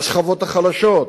לשכבות החלשות,